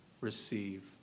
receive